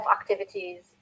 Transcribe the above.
activities